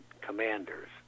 commanders